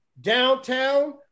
downtown